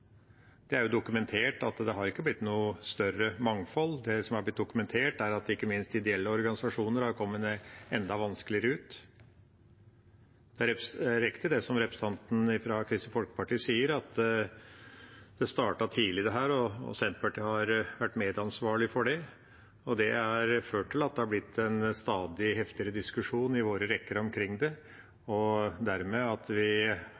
Det er dokumentert at det ikke har blitt noe større mangfold. Det som er blitt dokumentert, er at ikke minst ideelle organisasjoner har kommet enda vanskeligere ut. Det er riktig som representanten fra Kristelig Folkeparti sier, at dette startet tidlig, og Senterpartiet har vært medansvarlig for det. Det har ført til at det er blitt en stadig heftigere diskusjon i våre rekker omkring det, og dermed at vi